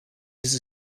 deze